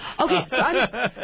Okay